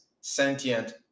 Sentient